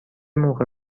موقع